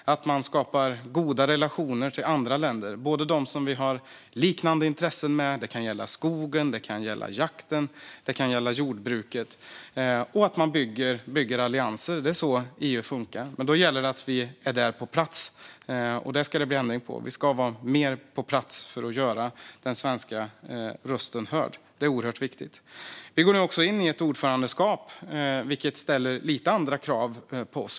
Vi ska också skapa goda relationer till andra länder, bland annat dem som vi har liknande intressen med när det gäller skogen, jakten eller jordbruket, och bygga allianser. Det är så EU funkar. Men då gäller det att vi är där på plats, och det ska det bli ändring på. Vi ska vara mer på plats för att göra den svenska rösten hörd. Det är oerhört viktigt. Vi går nu också in i ett ordförandeskap, vilket ställer lite andra krav på oss.